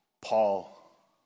Paul